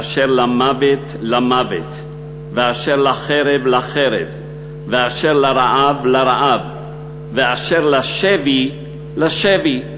אשר למוות למוות ואשר לחרב לחרב ואשר לרעב לרעב ואשר לשבי לשבי.